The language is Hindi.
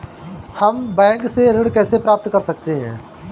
हम बैंक से ऋण कैसे प्राप्त कर सकते हैं?